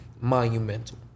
monumental